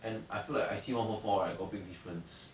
and I feel like I see one four four right got big difference